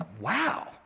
Wow